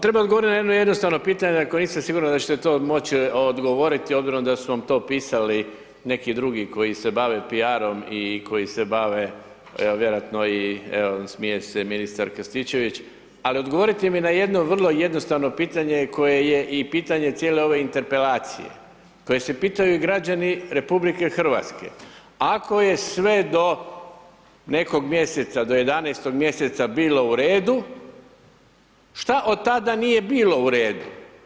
Treba odgovoriti na jedno jednostavno pitanja koja nisam siguran da ćete to moći odgovoriti obzirom da su vam to pisali neki drugi koji se bave piarom i koji se bave, evo vjerojatno i evo, smije se ministar Krstičević, ali odgovorite mi na jedno vrlo jednostavno pitanje koje je i pitanje cijele ove interpelacije, koje se pitaju i građani RH, ako je sve do nekog mjeseca, do 11-og mjeseca bilo u redu, šta od tada nije bilo uredu?